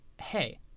hey